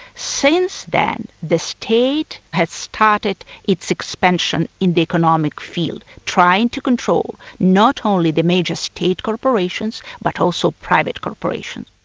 since then, the state has started its expansion in the economic field, trying to control not only the major state corporations, but also private corporations.